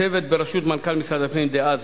הצוות בראשות מנכ"ל משרד הפנים דאז,